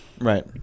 Right